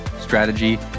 strategy